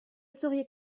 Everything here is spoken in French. sauriez